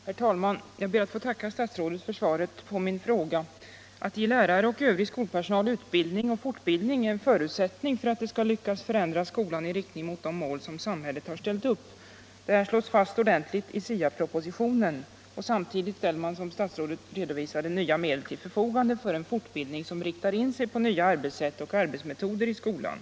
Herr talman! Jag ber att få tacka statsrådet för svaret. Att ge lärare och övrig skolpersonal utbildning och fortbildning är en förutsättning för att förändra skolan i riktning mot det mål som samhället har ställt upp. Detta slås fast ordentligt i STA-propositionen. Samtidigt ställer man, som statsrådet redovisade, nya medel till förfogande för en fortbildning som riktar in sig huvudsakligen på nya arbetssätt och arbetsmetoder i skolan.